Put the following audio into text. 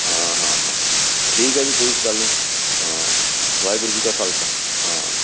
ਹਾਂ ਹਾਂ ਹਾਂ ਠੀਕ ਹੈ ਜੀ ਕੋਈ ਇਸ ਗੱਲ ਨਹੀਂ ਹਾਂ ਵਾਹਿਗੁਰੂ ਜੀ ਕਾ ਖਾਲਸਾ ਹਾਂ